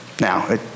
Now